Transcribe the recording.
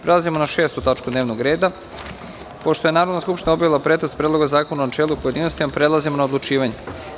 Prelazimo na 6. tačku dnevnog reda – PREDLOG ZAKONA O RAČUNOVODSTVU Pošto je Narodna skupština obavila pretres Predloga zakona u načelu i pojedinostima, prelazimo na odlučivanje.